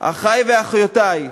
אחי ואחיותי,